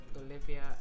Olivia